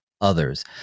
Others